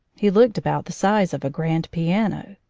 he looked about the size of a grand piano.